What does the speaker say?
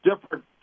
different